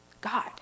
God